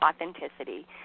authenticity